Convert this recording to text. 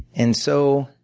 and so